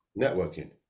Networking